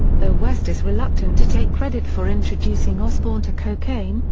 though west is reluctant to take credit for introducing osbourne to cocaine,